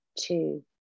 two